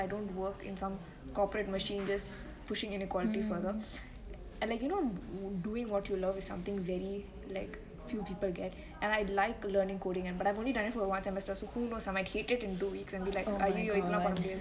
I don't work in some corporate machine just pushing inequality further and like you know doing something what you love is something very like few people get and I like learning coding but I have only done it for one semester so who knows I might hate it in two weeks and be like !aiyoyo! இதெல்லா பன்ன முடியாது:ithella panne mudiyathu